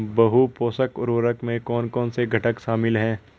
बहु पोषक उर्वरक में कौन कौन से घटक शामिल हैं?